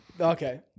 Okay